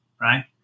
right